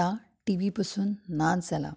आतां T V पसून नाच जाला